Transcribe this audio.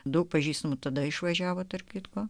daug pažįstamų tada išvažiavo tarp kitko